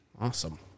awesome